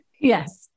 Yes